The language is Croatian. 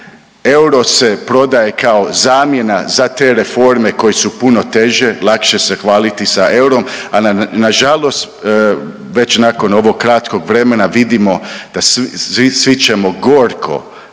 euro se prodaje kao zamjena za te reforme koje su puno teže, lakše se hvaliti sa eurom, a nažalost već nakon ovog kratkog vremena vidimo da svi ćemo gorko